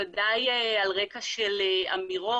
בוודאי על רקע אמירות,